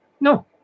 No